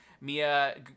Mia